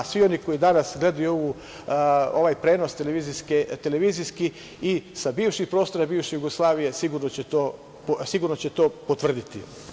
Svi oni koji danas gledaju ovaj prenos televizijski i sa bivših prostora i bivše Jugoslavije, sigurno će to potvrditi.